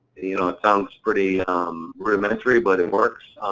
you know it sounds pretty rudimentary, but it works.